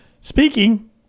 Speaking